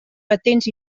patents